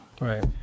Right